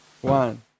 one